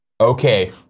okay